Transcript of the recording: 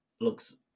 looks